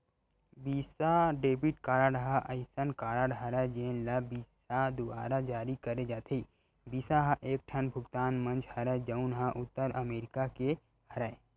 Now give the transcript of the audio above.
बिसा debit card ह असइन कारड हरय जेन ल बिसा दुवारा जारी करे जाथे, बिसा ह एकठन भुगतान मंच हरय जउन ह उत्तर अमरिका के हरय